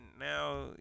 now